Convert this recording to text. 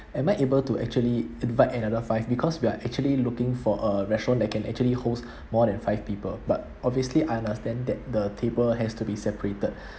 am I able to actually invite another five because we are actually looking for a restaurant that can actually holds more than five people but obviously I understand that the table has to be separated